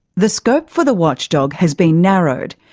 the scope for the watchdog has been narrowed,